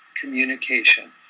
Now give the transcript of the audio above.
communication